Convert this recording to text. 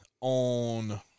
on